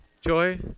joy